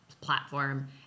platform